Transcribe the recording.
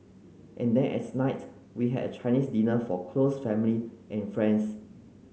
and then at night we had a Chinese dinner for close family and friends